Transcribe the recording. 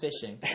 fishing